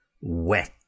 Wet